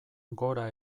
gora